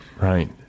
Right